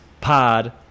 Pod